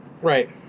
Right